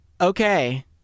Okay